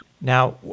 Now